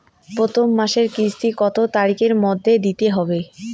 প্রথম মাসের কিস্তি কত তারিখের মধ্যেই দিতে হবে?